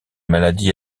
maladie